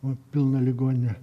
nu pilna ligoninė